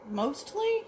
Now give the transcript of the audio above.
Mostly